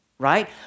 Right